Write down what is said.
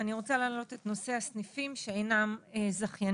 אני רוצה להעלות את נושא הסניפים שאינם זכיינים.